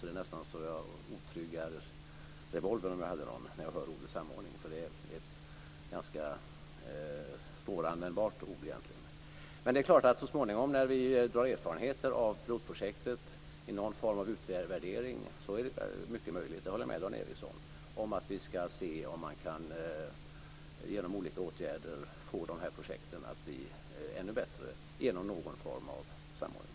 Det är nästan så att jag skulle osäkra revolvern om jag hade någon när jag hör ordet samordning, eftersom det egentligen är ett ganska svåranvändbart ord. Men när vi så småningom drar erfarenheter av pilotprojektet i någon form av utvärdering är det mycket möjligt - där håller jag med Dan Ericsson - att vi ska kunna se om vi genom olika åtgärder kan få dessa projekt att bli ännu bättre genom någon form av samordning.